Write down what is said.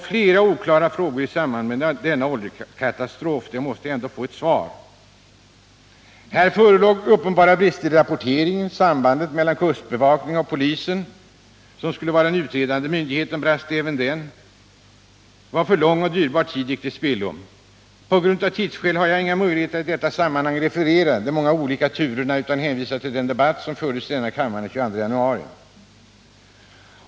Flera oklara frågor i samband med denna oljekatastrof måste få ett svar. Här förelåg uppenbara brister i rapporteringen. Sambandet mellan kustbevakningen och polisen, som skulle vara den utredande myndigheten, brast även det, varför lång och dyrbar tid gick till spillo. Av tidsskäl har jag inga möjligheter att i detta sammanhang referera de olika turerna utan hänvisar till den debatt som fördes i kammaren den 22 januari.